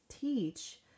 teach